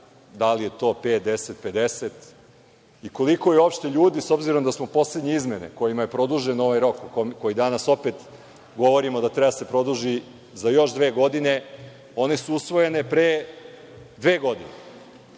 da li je to pet, deset, pedeset? Koliko je uopšte ljudi, s obzirom da smo poslednje izmene kojima je produžen ovaj rok o kome danas opet govorimo da treba da se produži za još dve godine, one su usvojene pre dve godine. Pre